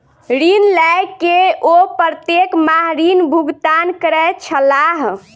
ऋण लय के ओ प्रत्येक माह ऋण भुगतान करै छलाह